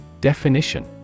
Definition